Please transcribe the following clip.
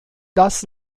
das